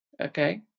Okay